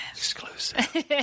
exclusive